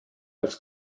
als